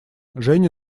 женя